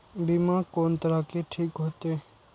बीमा कोन तरह के ठीक होते?